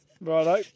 Righto